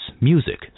music